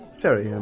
jerry, um